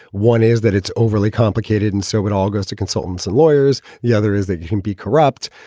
one is that it's overly complicated and so it all goes to consultants and lawyers. the other is that you can be corrupt.